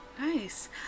nice